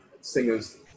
singers